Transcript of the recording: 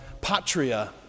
patria